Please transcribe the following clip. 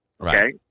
Okay